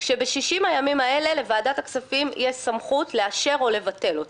כאשר ב-60 הימים האלה לוועדת הכספים יש סמכות לאשר או לבטל אותו.